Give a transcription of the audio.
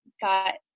got